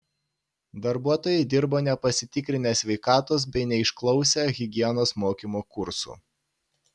darbuotojai dirbo nepasitikrinę sveikatos bei neišklausę higienos mokymo kursų